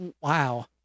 Wow